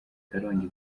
karongi